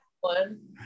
one